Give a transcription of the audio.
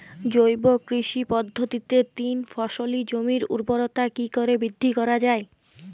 জৈব কৃষি পদ্ধতিতে তিন ফসলী জমির ঊর্বরতা কি করে বৃদ্ধি করা য়ায়?